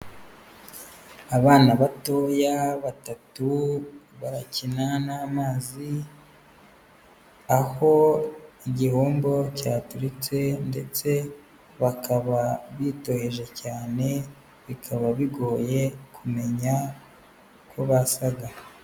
Abana batoya batatu barakina n'amazi, aho igihombo cyaturitse ndetse bakaba bitoheje cyane, bikaba bigoye kumenya uko basaga.